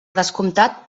descomptat